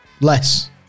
Less